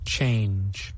Change